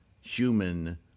human